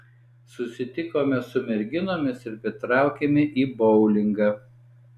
susitikome su merginomis ir patraukėme į boulingą